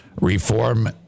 reform